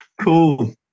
Cool